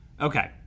Okay